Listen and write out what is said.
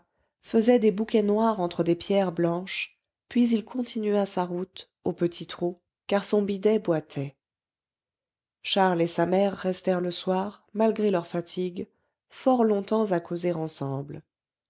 faisaient des bouquets noirs entre des pierres blanches puis il continua sa route au petit trot car son bidet boitait charles et sa mère restèrent le soir malgré leur fatigue fort longtemps à causer ensemble